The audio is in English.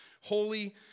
Holy